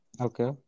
Okay